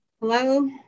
Hello